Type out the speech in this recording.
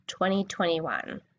2021